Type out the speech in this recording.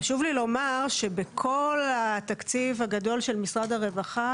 חשוב לי לומר שבכל התקציב הגדול של משרד הרווחה,